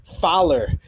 Fowler